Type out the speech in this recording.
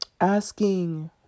asking